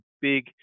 big